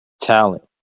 talent